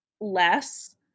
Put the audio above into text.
less